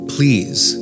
Please